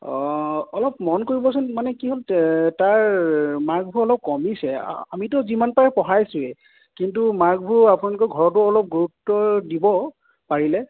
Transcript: অঁ অলপ মন কৰিবচোন মানে কি হ'ল তাৰ মাৰ্কভোৰ অলপ কমিছে আৰু আমিতো যিমান পাৰোঁ পঢ়াইছোৱে কিন্তু মাৰ্কবোৰ আপোনালোকৰ ঘৰতো গুৰুত্ব দিব পাৰিলে